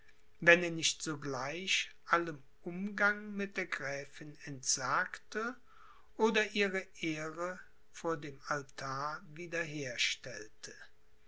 wenn er nicht sogleich allem umgang mit der gräfin entsagte oder ihre ehre vor dem altar